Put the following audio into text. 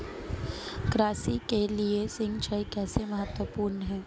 कृषि के लिए सिंचाई कैसे महत्वपूर्ण है?